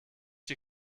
die